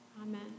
Amen